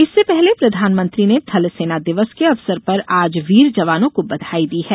इससे पहले प्रधानमंत्री ने थल सेना दिवस के अवसर पर आज वीर जवानों को बधाई दी है